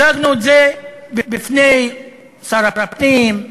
הצגנו את זה בפני שר הפנים,